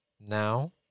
now